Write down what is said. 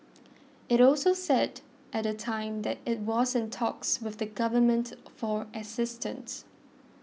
it also said at the time that it was in talks with the Government for assistance